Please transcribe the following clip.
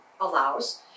allows